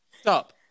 stop